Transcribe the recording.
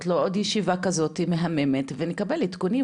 לעוד ישיבה כזו מהממת ונקבל עדכונים,